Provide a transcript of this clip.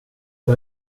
jag